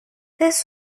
this